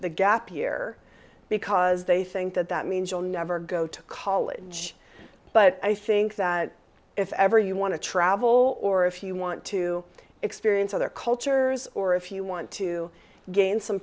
the gap here because they think that that means you'll never go to college but i think that if ever you want to travel or if you want to experience other cultures or if you want to gain some